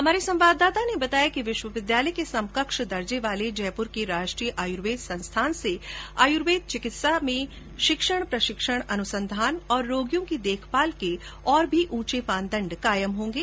हमारे संवाददाता ने बताया है कि विश्वविद्यालय के समकक्ष दर्जे वाले जयपुर के राष्ट्रीय आयुर्वेद संस्थान से आयुर्वेदिक चिकित्सा के शिक्षण प्रशिक्षण अनुसंधान और रोगियों की देखभाल के और भी ऊंचे मानदंड कायम होंगे